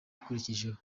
akurikijeho